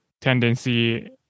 tendency